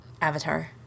Avatar